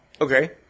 Okay